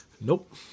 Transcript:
Nope